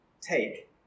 Take